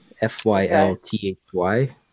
f-y-l-t-h-y